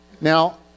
Now